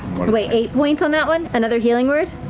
laura wait, eight points on that one? another healing word?